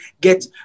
get